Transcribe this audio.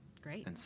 Great